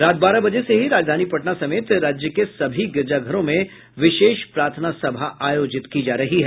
रात बारह बजे से ही राजधानी पटना समेत राज्य के सभी गिरिजाघरों में विशेष प्रार्थना सभा आयोजित की जा रही हैं